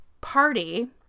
party